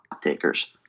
takers